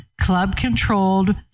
club-controlled